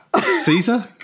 Caesar